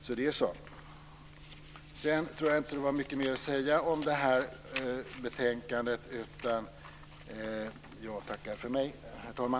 Sedan tror jag inte att det är mycket mer att säga om det här betänkandet, utan jag tackar för mig, herr talman.